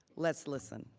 let's listen.